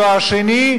תואר שני,